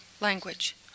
language